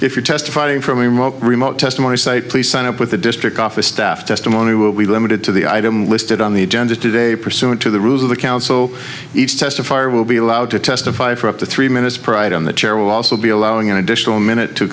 if you're testifying for me most remote testimony site please sign up with the district office staff testimony will be limited to the item listed on the agenda today pursuant to the rules of the council each testifier will be allowed to testify for up to three minutes pride on the chair will also be allowing an additional minute to